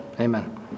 Amen